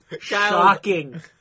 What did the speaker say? Shocking